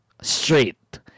straight